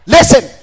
Listen